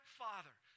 father